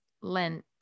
lent